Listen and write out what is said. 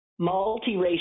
Multiracial